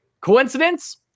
Coincidence